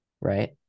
right